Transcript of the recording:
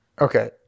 Okay